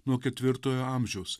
nuo ketvirtojo amžiaus